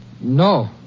No